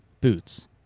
boots